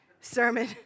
sermon